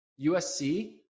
USC